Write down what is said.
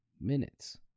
minutes